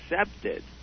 accepted